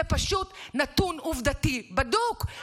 זה פשוט נתון עובדתי בדוק.